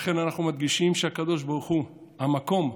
לכן אנחנו מדגישים שהקדוש ברוך הוא, המקום,